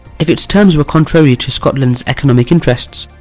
if its terms were contrary to scotland's economic interests,